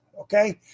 okay